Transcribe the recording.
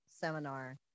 seminar